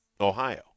Ohio